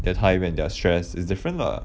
their time when they're stressed is different lah